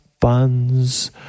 buns